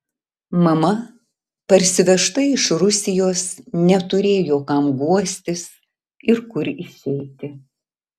mama parsivežta iš rusijos neturėjo kam guostis ir kur išeiti